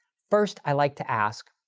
first i like to ask,